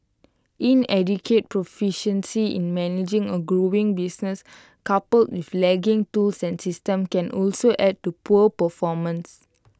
inadequate proficiency in managing A growing business coupled with lagging tools and systems can also add to poor performance